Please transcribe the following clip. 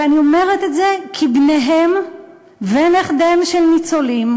ואני אומרת את זה כי בניהם ונכדיהם של ניצולים,